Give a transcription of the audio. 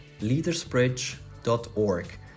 leadersbridge.org